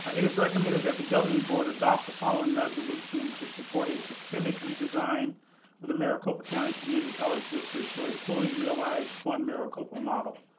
it is recommended that the governing board adopt the following resolution to support a systemic redesign for the maricopa community college district to a fully realized one-maricopa model.